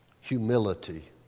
Humility